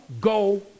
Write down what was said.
go